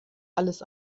alles